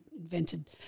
invented